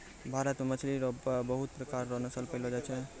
भारत मे मछली रो पबहुत प्रकार रो नस्ल पैयलो जाय छै